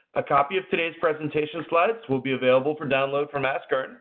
a copy of today's presentation slides will be available for download from askearn.